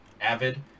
Avid